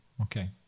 Okay